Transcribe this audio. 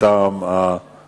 ולא יסכם מטעם הממשלה.